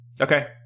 Okay